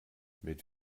mit